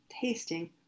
tasting